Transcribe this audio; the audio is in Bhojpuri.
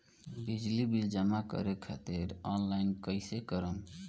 बिजली बिल जमा करे खातिर आनलाइन कइसे करम?